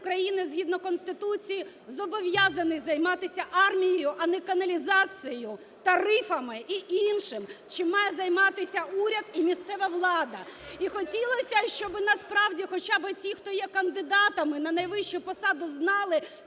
України згідно Конституції зобов'язаний займатися армією, а не каналізацією, тарифами і іншим, чим має займатися уряд і місцева влада. І хотілося, щоб насправді хоча би ті, хто кандидатами на найвищу посаду знали,